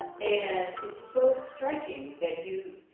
and it's so striking that you,